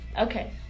Okay